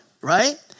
right